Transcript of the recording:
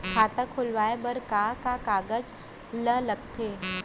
खाता खोलवाये बर का का कागज ल लगथे?